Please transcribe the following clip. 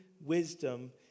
wisdom